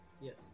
Yes